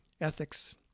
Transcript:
ethics